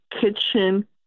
kitchen